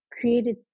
created